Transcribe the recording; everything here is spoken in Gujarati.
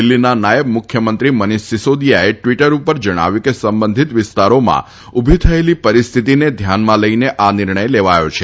દિલ્ફીના નાયબ મુખ્યમંત્રી મનીષ સીસોદીયાએ ટ્વિટર ઉપર જણાવ્યું છે કે સંબંધીત વિસ્તારોમાં ઉભી થયેલી પરિસ્થિતિને ધ્યાનમાં લઈને આ નિર્ણય લેવાયો છે